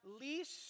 least